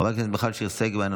חברת הכנסת מיכל שיר סגמן,